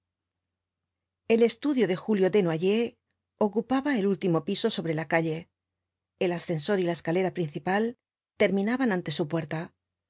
el estudio de julio desnoyers ocupaba el último piso sobre la calle el ascensor y la escalera principal terminaban ante su puerta